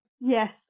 Yes